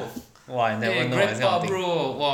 !wah! I never know got this kind of thing